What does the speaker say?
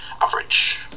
average